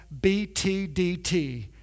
BTDT